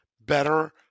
better